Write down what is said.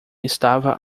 estava